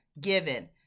given